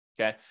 okay